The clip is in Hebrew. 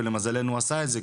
ולמזלנו עשה את זה,